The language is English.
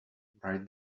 write